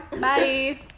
Bye